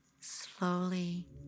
Slowly